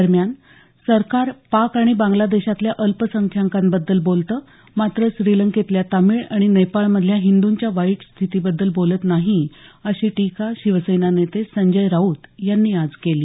दरम्यान सरकार पाक आणि बांगला देशातल्या अल्पसंख्यकांबद्दल बोलतं मात्र श्रीलंकेतल्या तामीळ आणि नेपाळ मधल्या हिंदूंच्या वाईट स्थितीबद्दल बोलत नाही अशी टीका शिवसेना नेते संजय राऊत यांनी आज केली